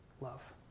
love